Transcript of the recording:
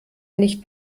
nicht